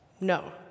No